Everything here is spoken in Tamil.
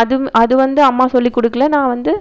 அது அது வந்து அம்மா சொல்லிக் கொடுக்கல நான் வந்து